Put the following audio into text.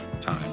time